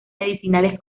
medicinales